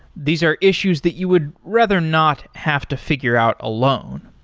these are issues that you would rather not have to figure out alone.